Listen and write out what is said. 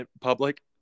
public